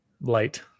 light